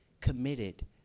committed